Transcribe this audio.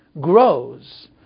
grows